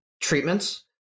treatments